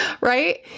Right